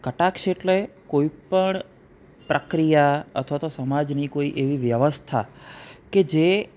કટાક્ષ એટલે કોઈપણ પ્રક્રિયા અથવા તો સમાજની કોઈ એવી વ્યવસ્થા કે જે